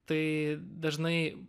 tai dažnai